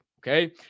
Okay